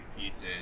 pieces